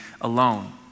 alone